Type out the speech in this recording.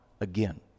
again